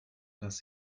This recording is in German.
dass